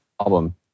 album